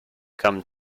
come